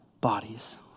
bodies